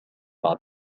بعد